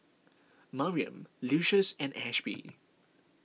Mariam Lucius and Ashby